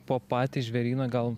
po patį žvėryną gal